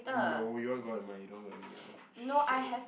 and no you want go out with Mai you don't want go out with me anymore shag